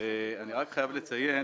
אני חייב לציין